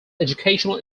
educational